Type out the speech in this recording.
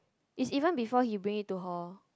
it's even before he bring it to hall